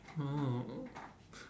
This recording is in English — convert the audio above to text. oh